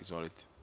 Izvolite.